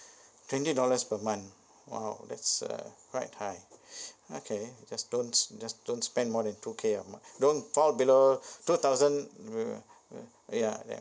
twenty dollars per month !wow! that's uh quite high okay just don't s~ just don't spend more than two K um don't fall below two thousand uh uh ya ya